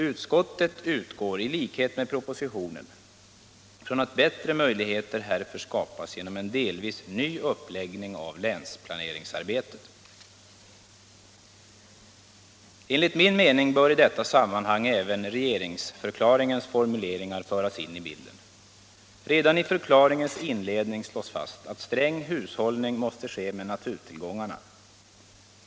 Utskottet utgår, i likhet med propositionen, från att bättre möjligheter härför skapas genom en delvis ny uppläggning av länsplaneringsarbetet. Enligt min mening bör i detta sammanhang även regeringsförklaringens formuleringar föras in i bilden. Redan i förklaringens inledning slås fast, att sträng hushållning måste ske med naturtillgångarna.